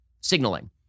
signaling